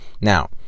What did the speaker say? Now